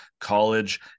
college